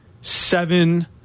seven